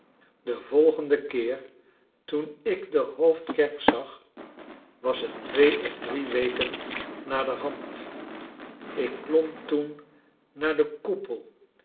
den volgenden keer toen ik de hoofdkerk zag was het twee of drie weken naderhand ik klom toen naar den koepel